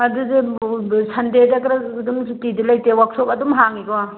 ꯑꯗꯨꯗꯤ ꯁꯟꯗꯦꯗ ꯈꯔ ꯑꯗꯨꯝ ꯁꯨꯇꯤꯗꯤ ꯂꯩꯇꯦ ꯋꯥꯛꯁꯣꯞ ꯑꯗꯨꯝ ꯍꯥꯡꯏꯀꯣ